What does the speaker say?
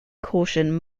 caution